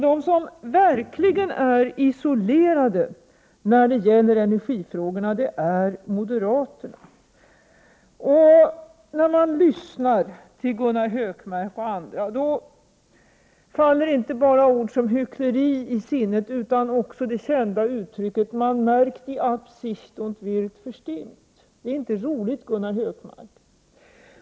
De som verkligen är isolerade när det gäller energifrågorna är moderaterna. När man lyssnar till Gunnar Hökmark och andra faller inte bara sådana ord som hyckleri i sinnet utan också det kända uttrycket ”Man merkt die Absicht und wird verstimmt”. Det är inte roligt, Gunnar Hökmark.